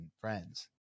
friends